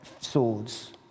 swords